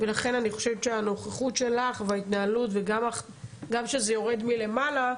ולכן אני חושבת שהנוכחות שלך וההתנהלות גם שזה יורד מלמעלה,